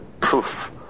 proof